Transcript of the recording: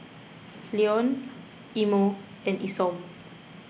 Leon Imo and Isom